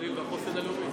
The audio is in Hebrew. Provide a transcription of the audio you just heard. הגליל והחוסן הלאומי.